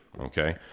okay